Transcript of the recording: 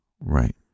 Right